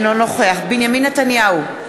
אינו נוכח בנימין נתניהו,